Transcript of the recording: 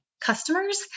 customers